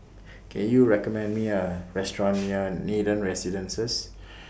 Can YOU recommend Me A Restaurant near Nathan Residences